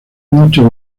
muchos